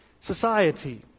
society